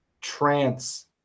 trance